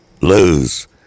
Lose